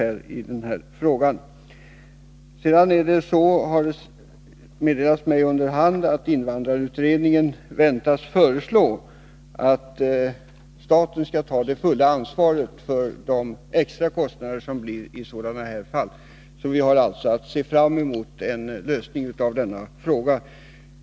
Det har under hand meddelats mig att invandrarutredningen väntas föreslå att staten skall ta det fulla ansvaret för de extra kostnader som uppkommer i ett fall som detta. Vi har alltså att se fram mot en lösning av denna fråga.